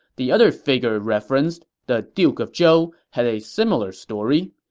the other figure referenced, the duke of zhou, had a similar story.